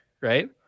right